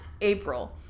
April